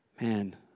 Man